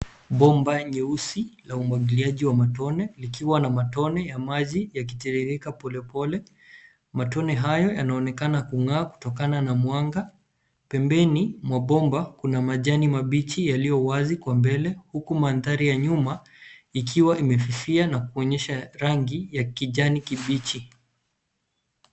Bimba nyeusi la umwagiliaji wa matone likiwa na matone ya maji yakitiririka polepole. Matone hayo yanaonekana kung'aa kutokana na mwanga. Pembeni mwa bomba kuna majani mabichi yaliyowazi kwa mbele huku mandhari ya nyuma ikiwa imefifia na kuonyesha rangi ya kijani kibichi.